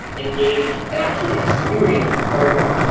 engage, and actually experience a program.